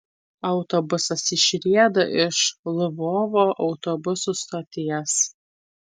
autobusas išrieda iš lvovo autobusų stoties